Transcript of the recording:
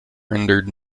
rendered